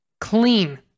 clean